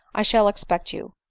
i shall expect you.